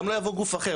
גם לא יבוא גוף אחר,